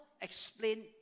explain